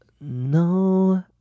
No